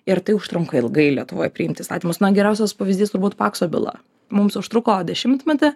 ir tai užtrunka ilgai lietuvoj priimt įstatymus na geriausias pavyzdys turbūt pakso byla mums užtruko dešimtmetį